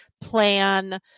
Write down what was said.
plan